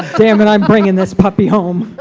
damn it i'm bringing this puppy home